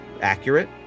accurate